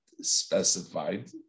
specified